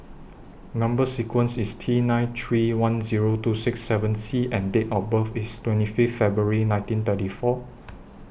Number sequence IS T nine three one Zero two six seven C and Date of birth IS twenty five February nineteen thirty four